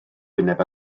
wyneb